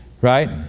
right